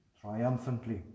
triumphantly